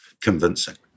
convincing